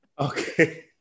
Okay